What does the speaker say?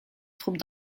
troupes